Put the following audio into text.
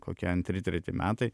kokie antri treti metai